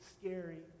scary